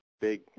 big